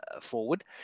forward